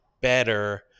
better